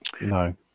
no